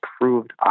approved